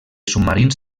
submarins